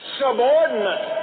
subordinate